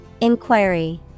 Inquiry